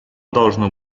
должно